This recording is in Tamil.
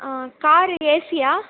ah car Asia